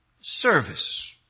service